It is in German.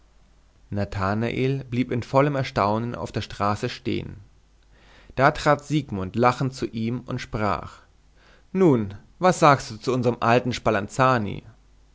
nathanael blieb in vollem erstaunen auf der straße stehen da trat siegmund lachend zu ihm und sprach nun was sagst du zu unserem alten